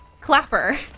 Clapper